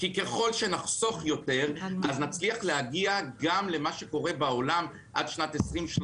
ככל שנחסוך יותר נצליח להגיע גם למה שקורה בעולם עד שנת 2030,